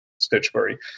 stitchberry